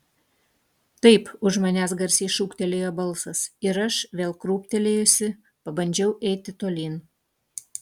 taip už manęs garsiai šūktelėjo balsas ir aš vėl krūptelėjusi pabandžiau eiti tolyn